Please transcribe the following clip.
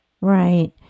Right